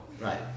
right